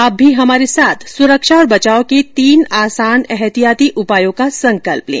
आप भी हमारे साथ सुरक्षा और बचाव के तीन आसान एहतियाती उपायों का संकल्प लें